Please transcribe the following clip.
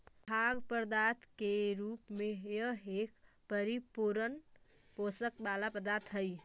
खाद्य पदार्थ के रूप में यह एक परिपूर्ण पोषण वाला पदार्थ हई